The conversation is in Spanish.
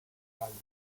rally